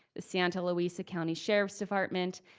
the santa luisa county sheriff's department,